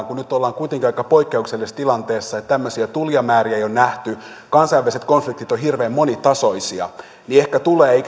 kun nyt ollaan kuitenkin aika poikkeuksellisessa tilanteessa eli että tämmöisiä tulijamääriä ei ole nähty kansainväliset konfliktit ovat hirveän monitasoisia ja ehkä tulee